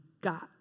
got